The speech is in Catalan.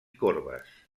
corbes